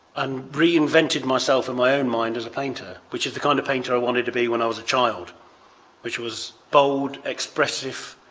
and reinvented myself in my own mind as a painter which is the kind of painter i wanted to be when i was a child which was bold, expressive